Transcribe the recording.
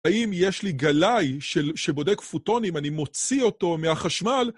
האם יש לי גלאי ש, שבודק פוטונים, אני מוציא אותו מהחשמל?